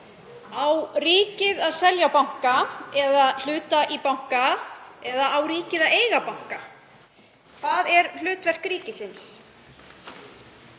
Á ríkið að selja banka eða hlut í banka eða á ríkið að eiga banka? Hvert er hlutverk ríkisins?